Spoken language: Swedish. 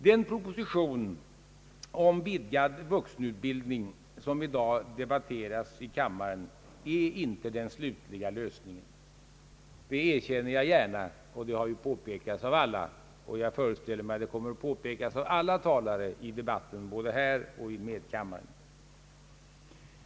Den proposition om vidgad vuxenutbildning som i dag debatteras i kammaren är inte den slutliga lösningen; det erkänner jag gärna — det har ju också framhållits av alla talare hittills, och jag föreställer mig att det kommer att framhållas av alla talare i debatten, både här i kammaren och i medkammaren.